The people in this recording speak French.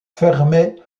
fermé